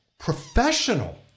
Professional